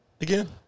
again